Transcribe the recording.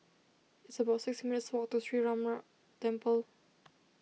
it's about six minutes' walk to Sree Ramar Temple